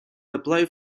apply